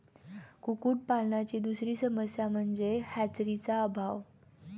कुक्कुटपालनाची दुसरी समस्या म्हणजे हॅचरीचा अभाव